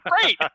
Great